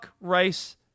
rice